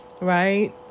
right